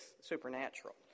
supernatural